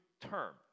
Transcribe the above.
term